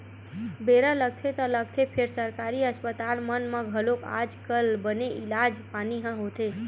बेरा लगथे ता लगथे फेर सरकारी अस्पताल मन म घलोक आज कल बने इलाज पानी ह होथे